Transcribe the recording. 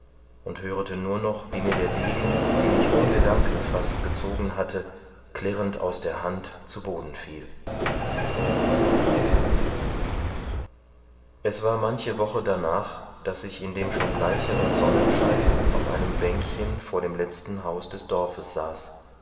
und hörete nur noch wie mir der degen den ich ohn gedanken fast gezogen hatte klirrend aus der hand zu boden fiel es war manche woche danach daß ich in dem schon bleicheren sonnenschein auf einem bänkchen vor dem letzten haus des dorfes saß